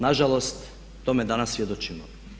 Nažalost, tome danas svjedočimo.